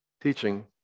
teaching